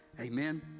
amen